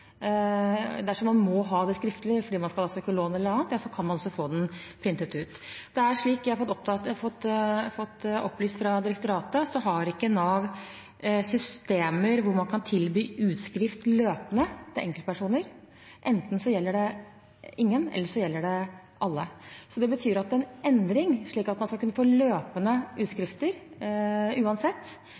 Dersom man må ha det skriftlig fordi man skal søke om lån eller annet, kan man også få den printet ut. Etter det jeg har fått opplyst av direktoratet, har ikke Nav systemer hvor man kan tilby utskrift løpende til enkeltpersoner. Enten gjelder det ingen, eller så gjelder det alle. Det betyr at en endring, slik at man skal kunne få løpende utskrifter uansett,